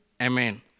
Amen